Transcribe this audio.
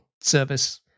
service